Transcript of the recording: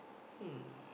hmm